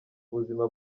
buzima